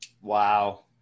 Wow